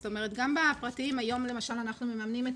גם בפרטיים היום למשל אנחנו מממנים את